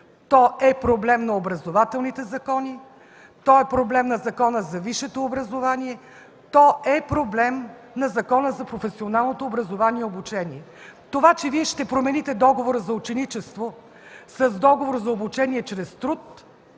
То е проблем на образователните закони, то е проблем на Закона за висшето образование, то е проблем на Закона за професионалното образование и обучение. Това, че ще промените договора за ученичество с договор за обучение чрез труд